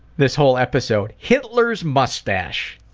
this whole episode? hitler's moustache!